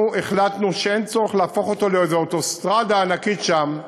אנחנו החלטנו שאין צורך להפוך אותו לאיזו אוטוסטרדה ענקית שם,